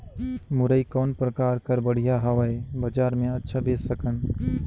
मुरई कौन प्रकार कर बढ़िया हवय? बजार मे अच्छा बेच सकन